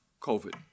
COVID